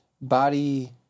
body